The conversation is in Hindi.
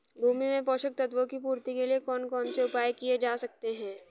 भूमि में पोषक तत्वों की पूर्ति के लिए कौन कौन से उपाय किए जा सकते हैं?